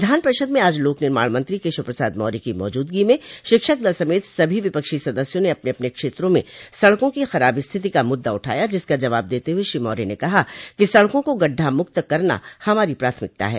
विधान परिषद में आज लोक निर्माण मंत्री केशव प्रसाद मौर्य की मौजूदगी में शिक्षक दल समेत सभी विपक्षी सदस्यों ने अपने अपने क्षेत्रों में सड़कों की खराब स्थिति का मुद्दा उठाया जिसका जवाब देते हुए श्री मौर्य ने कहा कि सड़कों को गढ्ढामुक्त करना हमारी प्राथमिकता है